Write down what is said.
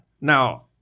Now